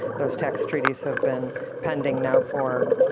those tax treaties have been pending now for